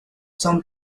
son